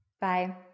Bye